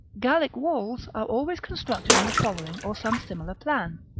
gallic walls are always constructed on the following or some similar plan.